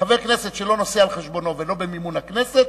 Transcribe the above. חבר כנסת שלא נוסע על חשבונו ולא במימון הכנסת